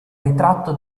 ritratto